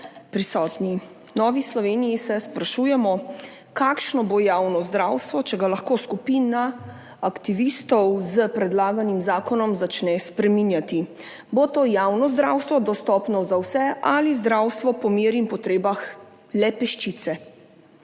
prisotni! V Novi Sloveniji se sprašujemo, kakšno bo javno zdravstvo, če ga lahko skupina aktivistov s predlaganim zakonom začne spreminjati. Bo to javno zdravstvo dostopno za vse ali zdravstvo po meri in potrebah le peščice?